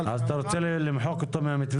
אז אתה רוצה למחוק מהמתווה?